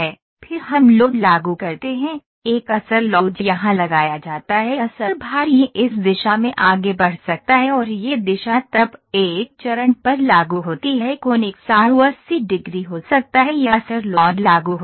फिर हम लोड लागू करते हैं एक असर लोड यहां लगाया जाता है असर भार यह इस दिशा में आगे बढ़ सकता है और यह दिशा तब एक चरण पर लागू होती है कोण 180 डिग्री हो सकता है यह असर लोड लागू होता है